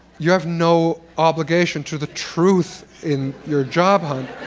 you have no obligation to the truth in your job hunt.